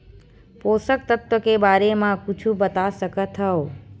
पोषक तत्व के बारे मा कुछु बता सकत हवय?